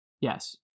Yes